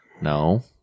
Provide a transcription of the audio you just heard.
No